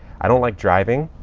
i don't like driving.